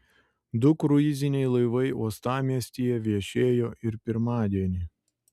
du kruiziniai laivai uostamiestyje viešėjo ir pirmadienį